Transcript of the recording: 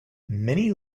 many